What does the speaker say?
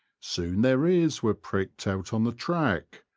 soon their ears were pricked out on the track,